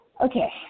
okay